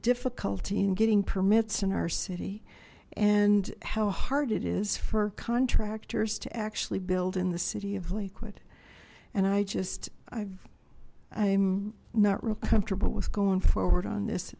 difficulty in getting permits in our city and how hard it is for contractors to actually build in the city of liquid and i just i am not real comfortable with going forward on this